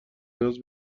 نیاز